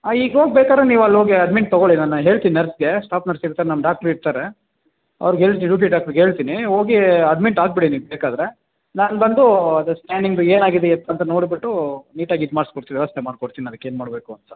ಹಾಂ ಈಗ ಹೋಗ ಬೇಕಾರೆ ನೀವಲ್ಲೋಗಿ ಅಡ್ಮಿಂಟ್ ತೊಗೋಳ್ಳಿ ನಾನು ಹೇಳ್ತೀನಿ ನರ್ಸ್ಗೆ ಸ್ಟಾಫ್ ನರ್ಸ್ ಇರ್ತಾರೆ ನಮ್ಮ ಡಾಕ್ಟ್ರು ಇರ್ತಾರೆ ಅವ್ರಿಗೆ ಹೇಳ್ತಿ ಡ್ಯುಟಿ ಡಾಕ್ಟ್ರಿಗೆ ಹೇಳ್ತೀನಿ ಹೋಗಿ ಅಡ್ಮಿಟ್ ಆಗಿಬಿಡಿ ನೀವು ಬೇಕಾದರೆ ನಾನು ಬಂದೂ ಅದು ಸ್ಕ್ಯಾನಿಂಗು ಏನಾಗಿದೆ ಎತ್ತ ಅಂತ ನೋಡಿಬಿಟ್ಟು ನೀಟಾಗಿದು ಮಾಡಿಸ್ಕೊಡ್ತೀವಿ ವ್ಯವಸ್ಥೆ ಮಾಡ್ಕೊಡ್ತೀನಿ ಅದಕ್ಕೇನು ಮಾಡಬೇಕು ಅಂತ